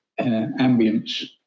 ambience